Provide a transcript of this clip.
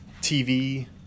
TV